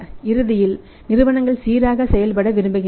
இறுதியில் நிறுவனங்கள் சீராக செயல்பட விரும்புகின்றன